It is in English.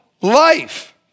life